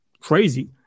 crazy